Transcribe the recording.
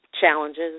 challenges